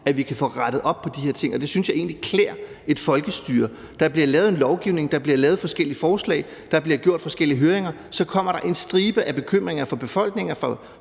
at vi kan få rettet op på de her ting. Det synes jeg egentlig klæder et folkestyre. Der bliver lavet en lovgivning, der bliver lavet forskellige forslag, der bliver afholdt forskellige høringer, og så kommer der en stribe af bekymringer fra befolkningen